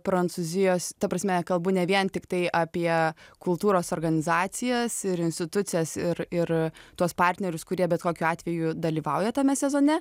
prancūzijos ta prasme kalbu ne vien tiktai apie kultūros organizacijas ir institucijas ir ir tuos partnerius kurie bet kokiu atveju dalyvauja tame sezone